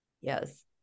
Yes